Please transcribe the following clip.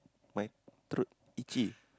my throat itchy